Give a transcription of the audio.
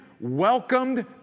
welcomed